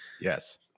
Yes